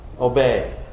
obey